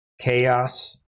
chaos